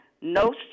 no